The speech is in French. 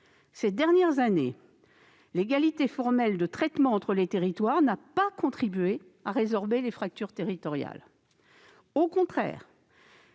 Ces dernières années, l'égalité formelle de traitement entre les territoires n'a pas contribué à résorber les fractures territoriales. Au contraire,